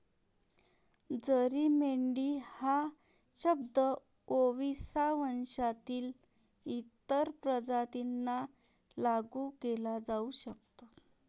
जरी मेंढी हा शब्द ओविसा वंशातील इतर प्रजातींना लागू केला जाऊ शकतो